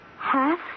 half